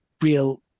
real